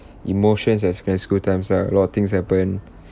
emotions at secondary school times lah a lot of things happened